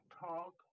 Talk